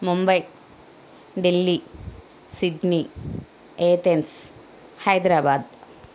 Mumbai Delhi Sydney Athens Hyderabad